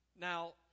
Now